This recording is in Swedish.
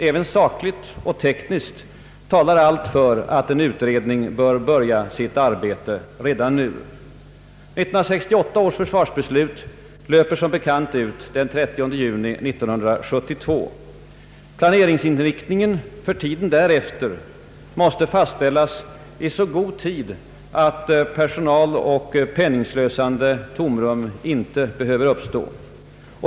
Även sakligt och tekniskt talar allt för att en utredning bör börja sitt arbete redan nu. 1968 års försvarsbeslut löper som bekant ut den 30 juni 1972. Planeringsinriktningen för tiden därefter måste fastställas i så god tid att ett personaloch penningslösande tomrum inte skall behöva uppstå.